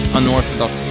unorthodox